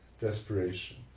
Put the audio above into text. desperation